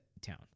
town